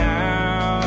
now